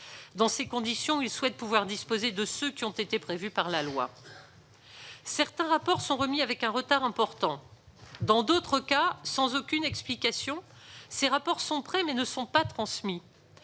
Dans ces conditions, il souhaite pouvoir disposer des documents dont le dépôt a été prévu par la loi. Certains rapports sont remis avec un retard important. Dans d'autres cas, sans aucune explication, ces rapports sont prêts, mais ne sont pas transmis.